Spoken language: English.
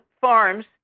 Farms